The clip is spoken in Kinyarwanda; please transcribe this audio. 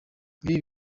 ibi